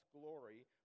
glory